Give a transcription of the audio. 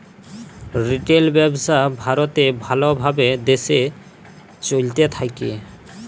retail ব্যবসা ভারতে ভাল ভাবে দেশে চলতে থাক্যে